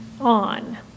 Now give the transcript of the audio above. on